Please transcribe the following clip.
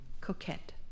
Coquette